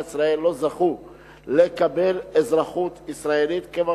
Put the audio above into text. ישראל לא זכו לקבל אזרחות ישראלית כיוון